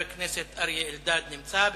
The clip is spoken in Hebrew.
חבר הכנסת אריה אלדד, נמצא.